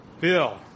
Bill